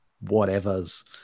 whatever's